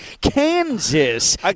Kansas